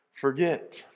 forget